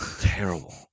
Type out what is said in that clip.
Terrible